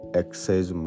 exercise